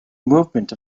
movement